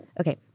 Okay